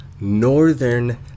Northern